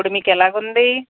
ఇప్పుడు మీకు ఎలాగ ఉంది